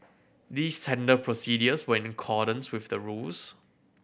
these tender procedures were in accordance with the rules